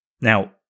Now